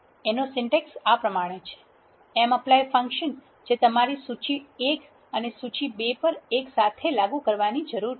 એનો સિન્ટેક્સ આ પ્રમાણે છે mapply ફંક્શન જે તમારે સૂચિ 1 અને સૂચિ 2 પર એક સાથે લાગુ કરવાની જરૂર છે